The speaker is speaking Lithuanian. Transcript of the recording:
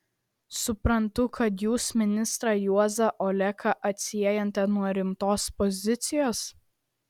suprantu kad jūs ministrą juozą oleką atsiejate nuo rimtos pozicijos